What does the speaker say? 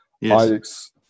Yes